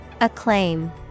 Acclaim